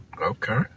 okay